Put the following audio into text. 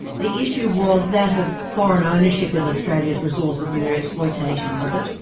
the issue was that of foreign ah ownership of australia's resources and their exploitation, was it?